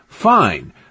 Fine